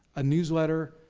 a newsletter,